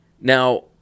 Now